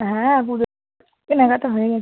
হ্যাঁ পুজো কেনাকাটা হয়ে গিয়েছে